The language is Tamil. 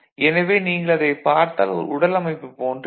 எனவே நீங்கள் அதைப் பார்த்தால் ஒரு உடல் அமைப்பு போன்று இருக்கும்